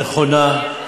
נכונה,